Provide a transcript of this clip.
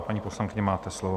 Paní poslankyně, máte slovo.